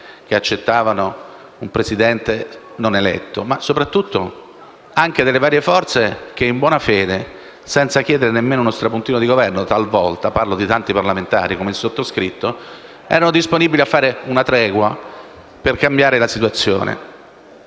che accettavano un Presidente non eletto, ma - soprattutto - delle varie forze che, in buona fede e senza talvolta nemmeno chiedere uno strapuntino di Governo (parlo di tanti parlamentari come il sottoscritto), erano disponibili a fare una tregua per cambiare la situazione.